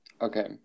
Okay